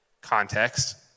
context